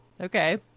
Okay